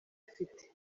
afite